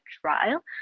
trial